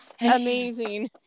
Amazing